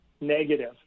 negative